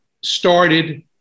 started